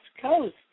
Coast